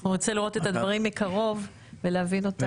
אנחנו נרצה לראות את הדברים מקרוב ולהבין אותם.